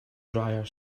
dryer